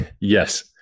Yes